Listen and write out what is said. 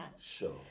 sure